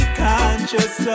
conscious